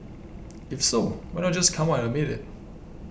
if so why not just come out and admit it